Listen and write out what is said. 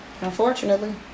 unfortunately